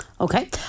Okay